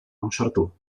ausartu